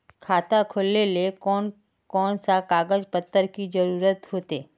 खाता खोलेले कौन कौन सा कागज पत्र की जरूरत होते?